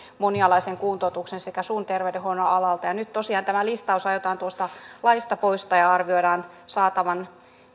monialaisen kuntoutuksen sekä suun terveydenhuollon alalta nyt tosiaan tämä listaus aiotaan tuosta laista poistaa ja ja arvioidaan saatavan